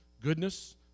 goodness